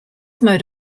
mode